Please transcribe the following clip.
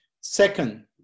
Second